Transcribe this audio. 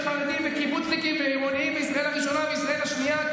וחרדים וקיבוצניקים ועירוניים וישראל הראשונה וישראל השנייה,